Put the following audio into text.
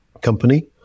company